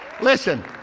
listen